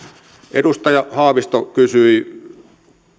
edustaja haavisto kysyi